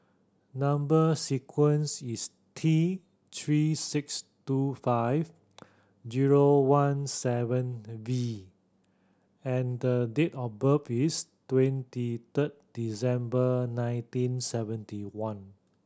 number sequence is T Three six two five zero one seven V and the date of birth is twenty third December nineteen seventy one